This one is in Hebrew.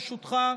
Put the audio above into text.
ברשותך,